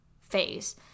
phase